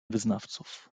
wyznawców